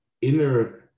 Inner